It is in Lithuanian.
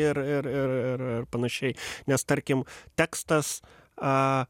ir ir ir ir ir panašiai nes tarkim tekstas a